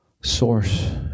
source